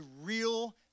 real